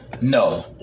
No